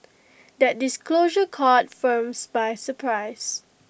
that disclosure caught firms by surprise